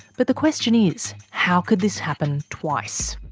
but the question is, how could this happen twice?